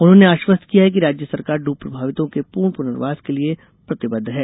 उन्होंने आश्वस्त किया है कि राज्य सरकार डूब प्रभावितों के पूर्ण पुनर्वास के लिये प्रतिबदध है